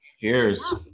Cheers